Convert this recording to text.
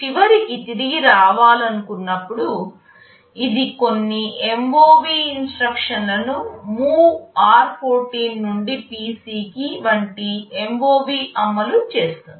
చివరికి తిరిగి రావాలనుకున్నప్పుడు ఇది కొన్ని MOV ఇన్స్ట్రక్షన్లలను MOV r14 నుండి PC కి వంటి MOV అమలు చేస్తుంది